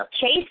Chase